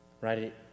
right